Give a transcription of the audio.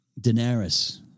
Daenerys